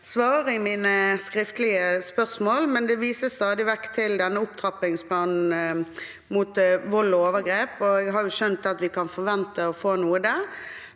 svar på mine skriftlige spørsmål, men det vises stadig vekk til denne opptrappingsplanen mot vold og overgrep. Jeg har skjønt at vi kan forvente å få noe der,